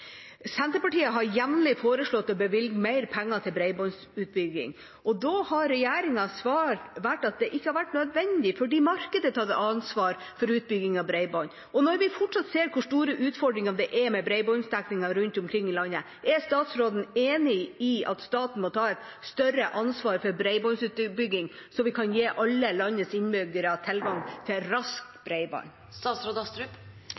Senterpartiet har jevnlig foreslått å bevilge mer penger til bredbåndsutbygging, og da har regjeringens svar vært at det ikke har vært nødvendig, fordi markedet tar ansvar for utbygging av bredbånd. Når vi fortsatt ser hvor store utfordringene med bredbåndsdekning er rundt omkring i landet, er statsråden enig i at staten må ta et større ansvar for bredbåndsutbygging, slik at vi kan gi alle landets innbyggere tilgang til